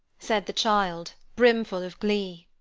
said the child, brimful of glee.